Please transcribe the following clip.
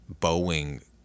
Boeing